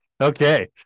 Okay